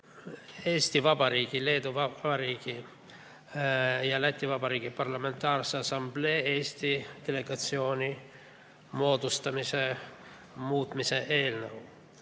Eesti Vabariigi, Leedu Vabariigi ja Läti Vabariigi Parlamentidevahelise Assamblee Eesti delegatsiooni moodustamise muutmise eelnõu.